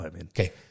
Okay